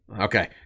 Okay